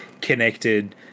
connected –